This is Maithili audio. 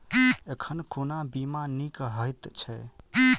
एखन कोना बीमा नीक हएत छै?